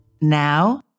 Now